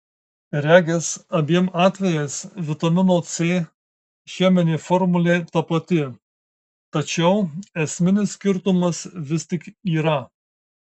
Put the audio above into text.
regis abiem atvejais vitamino c cheminė formulė ta pati tačiau esminis skirtumas vis tik yra